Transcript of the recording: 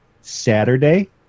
Saturday